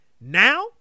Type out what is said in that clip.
Now